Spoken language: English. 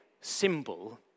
symbol